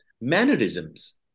Mannerisms